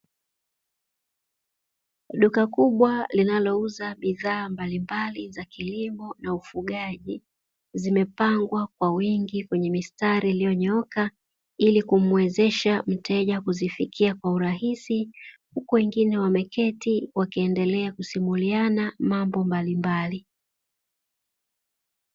Duka kubwa linalouza bidhaa mbalimbali za kilimo na ufugaji zimepangwa kwa wingi kwenye mistari iliyonyooka ili kumuwezesha mteja kuzifikia kwa urahisi. Huku wengine wameketi wakiendelea kusimuliana mambo mbalimbali.